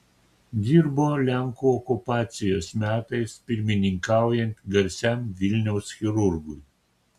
dirbo lenkų okupacijos metais pirmininkaujant garsiam vilniaus chirurgui